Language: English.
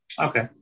Okay